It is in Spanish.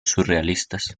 surrealistas